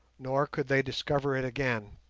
nor could they discover it again.